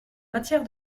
matière